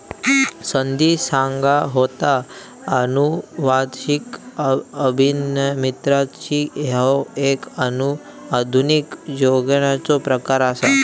संध्या सांगा होता, अनुवांशिक अभियांत्रिकी ह्यो एक आधुनिक जैवतंत्रज्ञानाचो प्रकार आसा